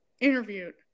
interviewed